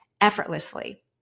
effortlessly